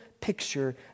picture